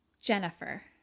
Jennifer